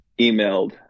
emailed